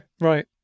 right